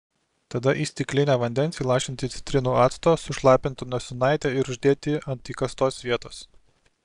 tada į stiklinę vandens įlašinti citrinų acto sušlapinti nosinaitę ir uždėti ant įkastos vietos